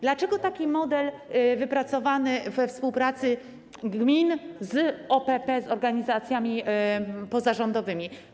Dlaczego taki model wypracowany we współpracy gmin z OPP, z organizacjami pozarządowymi?